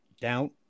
Doubt